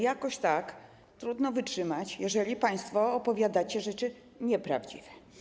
Jakoś trudno wytrzymać, jeżeli państwo opowiadacie rzeczy nieprawdziwe.